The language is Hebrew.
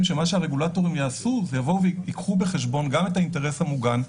שהרגולטורים ייקחו בחשבון גם את האינטרס המוגן.